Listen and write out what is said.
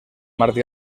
martí